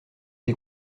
des